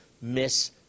miss